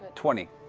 twenty.